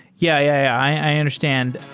yeah, i understand